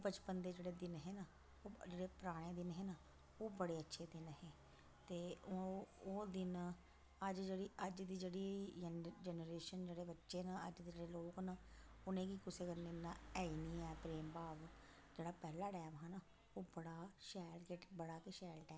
ओह् बचपन दे जेह्ड़े दिन हे ना ओह् जेह्ड़े पराने दिन हे नां ओह् बड़े अच्छे दिन हे ते ओह् ओह् दिन अज्ज जेह्ड़े अज्ज दी जेह्ड़ी जन जनरेशन जेह्ड़े बच्चे न अज्ज दे जेह्ड़े लोक न उ'नेंगी कुसै कन्नै इ'न्ना ऐ नी ऐ प्रेम भाव जेह्ड़ा पैह्ला टैम हा ना ओह् बड़ा शैल जेह्का बड़ा गै शैल टैम हा